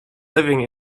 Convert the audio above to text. living